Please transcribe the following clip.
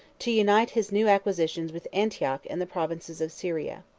to unite his new acquisitions with antioch and the provinces of syria.